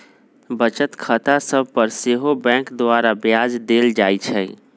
बचत खता सभ पर सेहो बैंक द्वारा ब्याज देल जाइ छइ